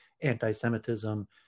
anti-semitism